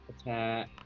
Attack